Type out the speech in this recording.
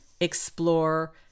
explore